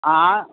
हा